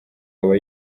aba